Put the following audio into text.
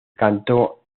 cantó